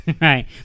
Right